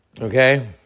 Okay